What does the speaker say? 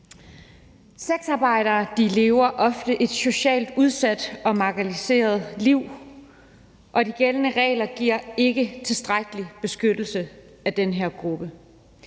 Sexarbejdere lever ofte et socialt udsat og marginaliseret liv, og de gældende regler giver ikke tilstrækkelig beskyttelse af den her gruppe.